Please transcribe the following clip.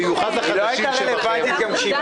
במיוחד לחדשים שבכם,